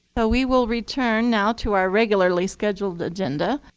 ah we will return now to our regularly scheduled agenda.